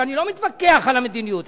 ואני לא מתווכח על המדיניות,